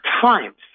Times